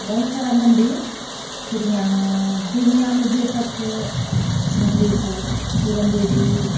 बहुत सारा मन्दिर फिर यहाँ पूर्णियाँमे जेसभ छै मन्दिरसभ पूरणदेवी